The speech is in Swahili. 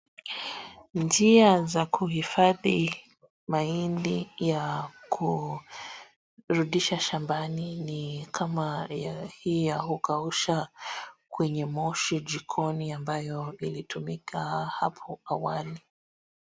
Njia za kuhifadhi mahindi ya kurudisha shambani ni kama hii ya kukausha kwenye moshi jikoni ambayo ilitumika hapo awali.